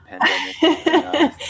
pandemic